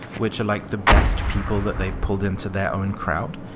which are like the best people that they've pulled into their own crowd.